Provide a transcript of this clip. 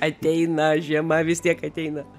ateina žiema vis tiek ateina